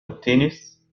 التنس